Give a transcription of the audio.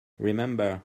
remember